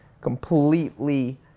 completely